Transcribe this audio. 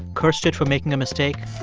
cursed it for making a mistake?